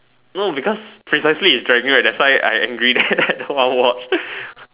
no because precisely its dragging right thats why I angry then I don't want watch